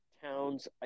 towns